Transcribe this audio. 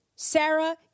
Sarah